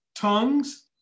Tongues